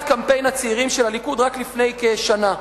קמפיין הצעירים של הליכוד רק לפני כשנה: